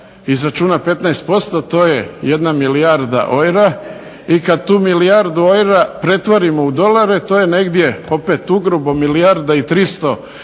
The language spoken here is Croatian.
izračuna 15% to je 1 milijarda eura i kad tu milijardu eura pretvorimo u dolare to je negdje, opet ugrubo, milijarda i 300 milijuna